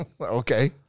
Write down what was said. Okay